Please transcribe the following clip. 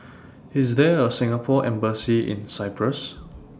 IS There A Singapore Embassy in Cyprus